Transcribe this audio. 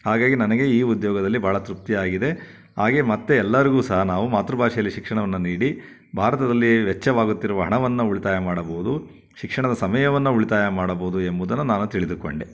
ಹಾಗಾಗಿ ನನಗೆ ಈ ಉದ್ಯೋಗದಲ್ಲಿ ಭಾಳ ತೃಪ್ತಿಯಾಗಿದೆ ಹಾಗೇ ಮತ್ತು ಎಲ್ಲರಿಗೂ ಸಹ ನಾವು ಮಾತೃ ಭಾಷೆಯಲ್ಲಿ ಶಿಕ್ಷಣವನ್ನು ನೀಡಿ ಭಾರತದಲ್ಲಿ ವೆಚ್ಚವಾಗುತ್ತಿರುವ ಹಣವನ್ನು ಉಳಿತಾಯ ಮಾಡಬಹುದು ಶಿಕ್ಷಣದ ಸಮಯವನ್ನು ಉಳಿತಾಯ ಮಾಡಬಹುದು ಎಂಬುದನ್ನು ನಾನು ತಿಳಿದುಕೊಂಡೆ